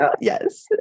yes